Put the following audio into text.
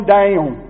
down